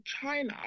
china